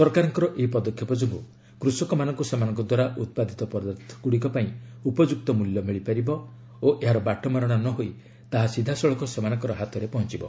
ସରକାରଙ୍କର ଏହି ପଦକ୍ଷେପ ଯୋଗୁଁ କୃଷକମାନଙ୍କୁ ସେମାନଙ୍କ ଦ୍ୱାରା ଉତ୍ପାଦିତ ପଦାର୍ଥଗୁଡ଼ିକ ପାଇଁ ଉପଯୁକ୍ତ ମୂଲ୍ୟ ମିଳିପାରିବ ଓ ଏହାର ବାଟମାରଣା ନହୋଇ ତାହା ସିଧାସଳଖ ସେମାନଙ୍କର ହାତରେ ପହଞ୍ଚବ